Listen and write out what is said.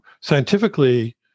scientifically